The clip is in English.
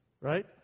Right